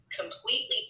completely